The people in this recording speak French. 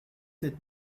sept